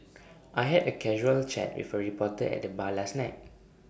I had A casual chat with A reporter at the bar last night